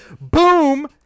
boom